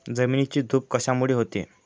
जमिनीची धूप कशामुळे होते?